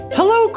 Hello